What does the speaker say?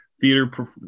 theater